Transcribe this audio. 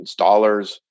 installers